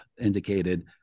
indicated